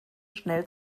schnell